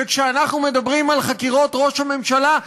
וכשאנחנו מדברים על חקירות ראש הממשלה,